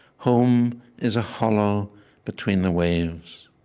home is a hollow between the waves,